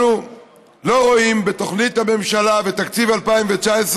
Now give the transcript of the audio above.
אנחנו לא רואים בתוכנית הממשלה, בתקציב 2019,